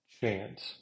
chance